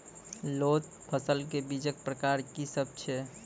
लोत फसलक बीजक प्रकार की सब अछि?